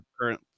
current